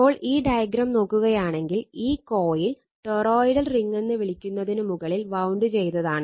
ഇപ്പോൾ ഈ ഡയഗ്രം നോക്കുകയാണെങ്കിൽ ഈ കോയിൽ ടൊറോയ്ഡൽ റിങ്ങെന്ന് വിളിക്കുന്നതിനു മുകളിൽ വൌൻഡ് ചെയ്തതാണ്